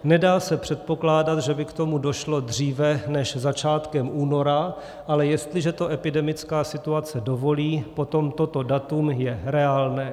Nedá se předpokládat, že by k tomu došlo dříve než začátkem února, ale jestliže to epidemická situace dovolí, potom toto datum je reálné.